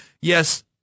yes